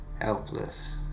helpless